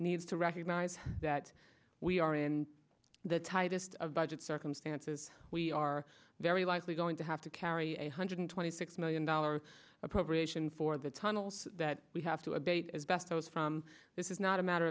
needs to recognize that we are in the tightest of budgets circumstances we are very likely going to have to carry eight hundred twenty six million dollars appropriation for the tunnels that we have to abate as best those from this is not a matter